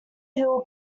hill